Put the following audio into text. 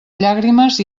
llàgrimes